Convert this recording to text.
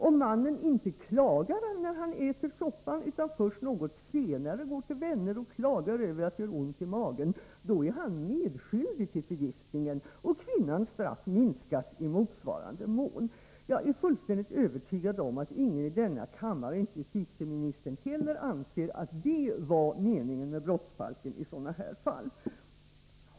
Om mannen inte klagar när han äter soppan, utan först något senare går till vänner och klagar över att det gör ont i magen, då är han medskyldig till förgiftningen, och kvinnans straff minskas i motsvarande mån. Jag är fullständigt övertygad om att ingen i denna kammare och inte justitieministern heller anser att detta var avsikten med brottsbalkens regler i sådana här fall.